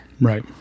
Right